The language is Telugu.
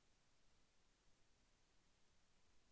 క్రెడిట్ కార్డు ఎలా పొందాలి?